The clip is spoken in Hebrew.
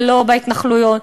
ולא בהתנחלויות.